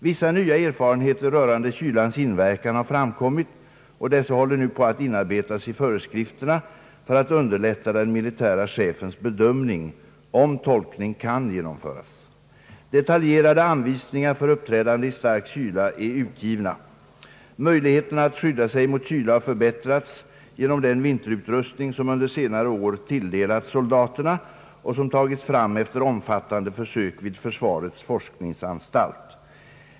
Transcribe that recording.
Vissa nya erfarenheter rörande kylans inverkan har framkommit, och dessa håller nu på att inarbetas i föreskrifterna för att underlätta den militäre chefens bedömning om tolkning kan genomföras. Detaljerade anvisningar för uppträdande i stark kyla är utgivna. Möjligheterna att skydda sig mot kyla har förbättrats genom den <vinterutrustning, som under senare år tilldelats soldaterna och som tagits fram efter omfattande försök vid försvarets forskningsanstalt.